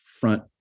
front